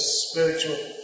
spiritual